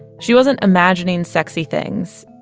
she wasn't imagining sexy things.